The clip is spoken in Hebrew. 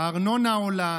הארנונה עולה,